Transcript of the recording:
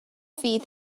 fydd